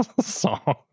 song